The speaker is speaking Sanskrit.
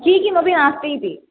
की किमपि नास्ति इति